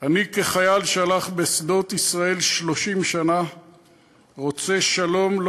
"אני כחייל שהלך בשדות ישראל 30 שנה רוצה שלום לא